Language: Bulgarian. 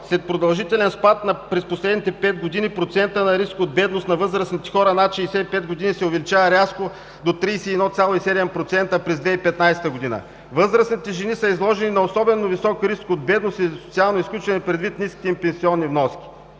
След продължителен спад през последните 5 г., процентът на риск от бедност на възрастните хора над 65 г. се увеличава рязко до 31,7% през 2015 г. Възрастните жени са изложени на особено висок риск от бедност и социално изключване предвид ниските им пенсионни вноски.“